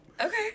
Okay